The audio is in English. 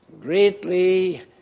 greatly